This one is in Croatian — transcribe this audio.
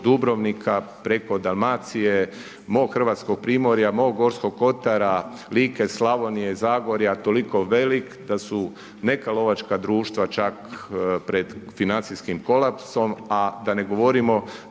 preko Dalmacije, mog Hrvatskog Primorja, mog Gorskog Kotara, Like, Slavonije, Zagorja, toliko velik da su neka lovačka društva čak pred financijskim kolapsom a da ne govorimo